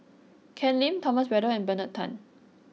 Ken Lim Thomas Braddell and Bernard Tan